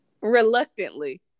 Reluctantly